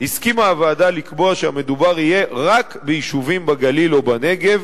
הסכימה הוועדה לקבוע שיהיה מדובר רק ביישובים בגליל ובנגב,